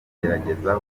agerageza